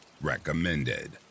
Recommended